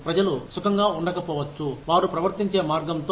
ప్రజలు సుఖంగా ఉండకపోవచ్చు వారు ప్రవర్తించే మార్గంతో